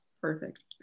Perfect